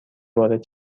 وارد